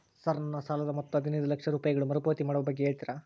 Sir ನನ್ನ ಸಾಲದ ಮೊತ್ತ ಹದಿನೈದು ಲಕ್ಷ ರೂಪಾಯಿಗಳು ಮರುಪಾವತಿ ಮಾಡುವ ಬಗ್ಗೆ ಹೇಳ್ತೇರಾ?